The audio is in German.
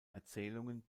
erzählungen